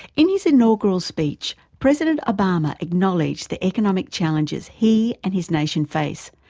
in his inaugural speech, president obama acknowledged the economic challenges he and his nation face,